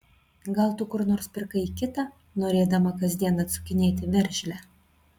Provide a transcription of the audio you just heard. gal tu kur nors pirkai kitą norėdama kasdien atsukinėti veržlę